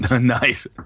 Nice